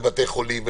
ובתי חולים,